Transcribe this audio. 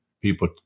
people